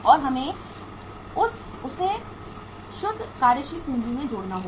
और हमें उसे शुद्ध कार्यशील पूंजी में जोड़ना होगा